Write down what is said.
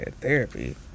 therapy